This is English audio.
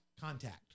contact